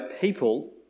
people